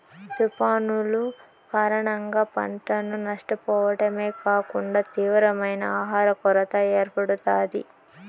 తుఫానులు కారణంగా పంటను నష్టపోవడమే కాకుండా తీవ్రమైన ఆహర కొరత ఏర్పడుతాది